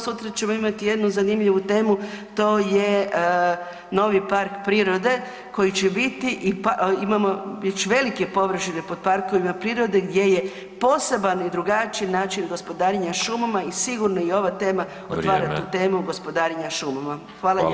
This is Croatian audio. Sutra ćemo imati jednu zanimljivu temu, to je novi park prirode koji će biti i imamo već velike površine pod parkovima prirode gdje je poseban i drugačiji način gospodarenja šumama i sigurno i ova tema otvara [[Upadica: Vrijeme]] tu temu gospodarenja šumama.